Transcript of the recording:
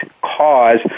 Cause